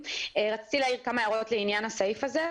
רציתי להעיר כמה הערות לעניין הסעיף הזה,